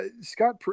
Scott